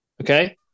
Okay